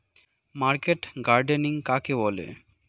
Market gardening কাকে বলে?